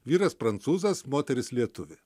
vyras prancūzas moteris lietuvė